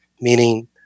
meaning